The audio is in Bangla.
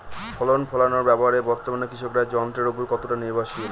ফসল ফলানোর ব্যাপারে বর্তমানে কৃষকরা যন্ত্রের উপর কতটা নির্ভরশীল?